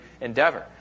endeavor